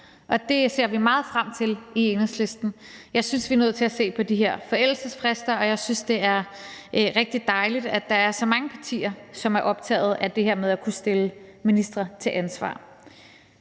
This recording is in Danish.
og det ser vi meget frem til i Enhedslisten. Jeg synes, at vi er nødt til at se på de her forældelsesfrister, og jeg synes, at det er rigtig dejligt, at der er så mange partier, som er optaget af det her med at kunne stille ministre til ansvar.